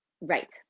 Right